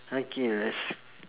okay let's